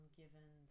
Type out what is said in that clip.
given